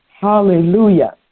Hallelujah